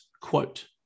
quote